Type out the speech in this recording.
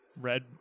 Red